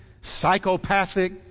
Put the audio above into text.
psychopathic